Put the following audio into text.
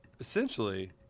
Essentially